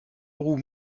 roues